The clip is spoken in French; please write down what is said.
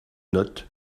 notes